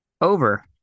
over